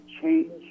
change